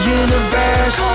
universe